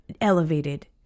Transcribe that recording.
elevated